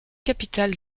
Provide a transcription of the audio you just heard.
capitale